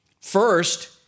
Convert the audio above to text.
First